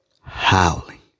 howling